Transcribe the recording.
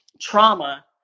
trauma